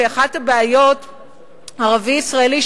ערבי ישראלי,